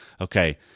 okay